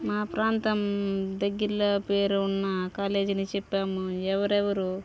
మా ప్రాంతం దగ్గిర్లో పేరు ఉన్న కాలేజీలు చెప్పాము ఎవరెవరు